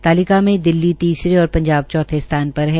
तालिका मे दिल्ली तीसरे और पंजाब चौथे स्थान पर है